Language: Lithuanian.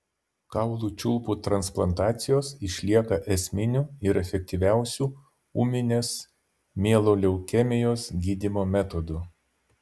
kaulų čiulpų transplantacijos išlieka esminiu ir efektyviausiu ūminės mieloleukemijos gydymo metodu